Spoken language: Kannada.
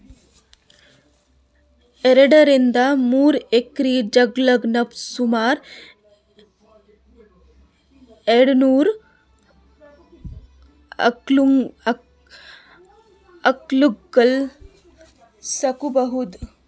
ಎರಡರಿಂದ್ ಮೂರ್ ಎಕ್ರೆ ಜಾಗ್ದಾಗ್ ನಾವ್ ಸುಮಾರ್ ಎರಡನೂರ್ ಆಕಳ್ಗೊಳ್ ಸಾಕೋಬಹುದ್